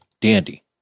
Dandy